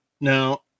now